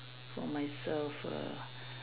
for myself err